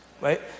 right